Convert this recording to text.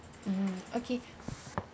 mmhmm okay